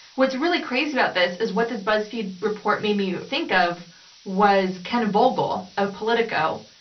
what's really crazy about this is what this buzzfeed report made me think of was ken vogel of politico,